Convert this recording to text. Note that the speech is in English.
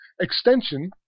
Extension